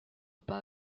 pas